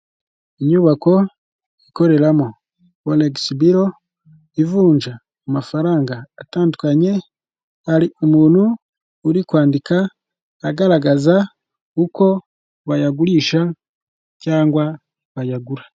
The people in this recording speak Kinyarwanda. Inyubako ikoreramo Foregisi biro ivunja amafaranga atandukanye, hari umuntu uri kwandika agaragaza uko bayagurisha cyangwa bayagura.